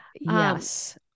Yes